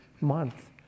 month